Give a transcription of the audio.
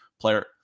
player